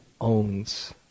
owns